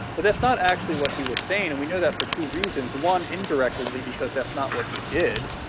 but that's not actually what he was saying and we know that for two reasons. one indirectly because that's not what he did.